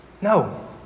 No